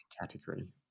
category